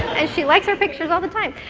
and she likes her pictures all the time,